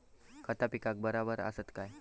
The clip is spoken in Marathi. खता पिकाक बराबर आसत काय?